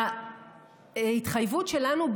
ההתחייבות שלנו,